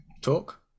talk